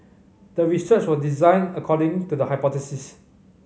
the research was designed according to the hypothesis